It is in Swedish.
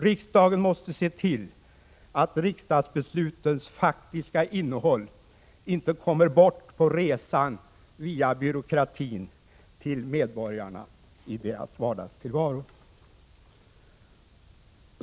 Riksdagen måste se till att riksdagsbeslutens faktiska innehåll inte via byråkratin kommer bort på resan till medborgarna i deras vardagstillvaro.